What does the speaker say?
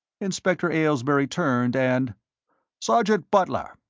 inspector aylesbury turned, and sergeant butler,